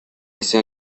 ese